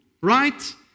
right